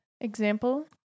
example